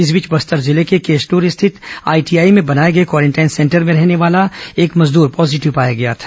इस बीच बस्तर जिले के केशलूर स्थित आईटीआई में बनाए गए क्वारेंटाइन सेंटर में रहने वाला एक मजदूर पॉजीटिव पाया गया है